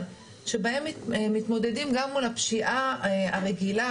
שבהן מתמודדים גם מול הפשיעה הרגילה.